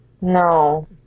No